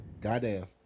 goddamn